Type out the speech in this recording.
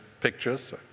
pictures